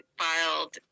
filed